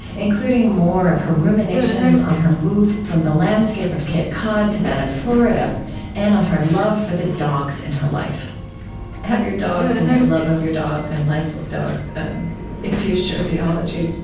including more of her ruminations on her move from the landscape of cape cod to that of florida and on her love for the dogs in her life have your dogs and your love of your dogs and life with dogs infused your theology?